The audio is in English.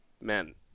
men